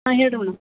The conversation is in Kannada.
ಹಾಂ ಹೇಳ್ರಿ ಮೇಡಮ್